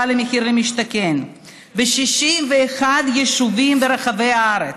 במחיר למשתכן ב-61 יישובים ברחבי הארץ.